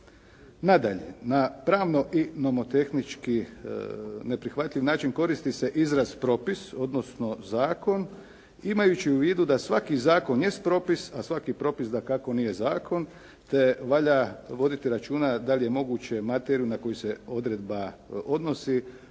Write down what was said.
Nadalje, na pravno i nomotehnički neprihvatljiv način koristi se izraz propis, odnosno zakon imajući u vidu da svaki zakon jest propis, a svaki propisa dakako nije zakon te valja voditi računa da li je moguće materiju na koju se odredba odnosi